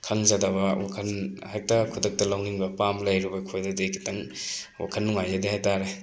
ꯈꯪꯖꯗꯕ ꯋꯥꯈꯟ ꯍꯦꯛꯇ ꯈꯨꯗꯛꯇ ꯂꯧꯅꯤꯡꯕ ꯑꯄꯥꯝꯕ ꯂꯩꯔꯨꯕ ꯑꯩꯈꯣꯏꯗꯗꯤ ꯈꯤꯇꯪ ꯋꯥꯈꯟ ꯅꯨꯡꯉꯥꯏꯖꯗꯦ ꯍꯥꯏꯇꯥꯔꯦ